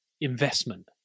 investment